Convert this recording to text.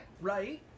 Right